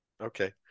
Okay